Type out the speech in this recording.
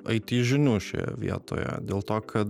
it žinių šioje vietoje dėl to kad